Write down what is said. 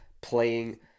playing